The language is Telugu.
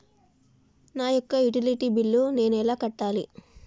నా యొక్క యుటిలిటీ బిల్లు నేను ఎలా కట్టాలి?